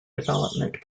development